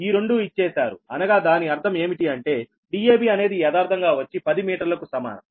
ఈ రెండూ ఇచ్చేశారు అనగా దాని అర్థం ఏమిటి అంటే dab అనేది యదార్ధంగా వచ్చి 10 మీటర్లకు సమానం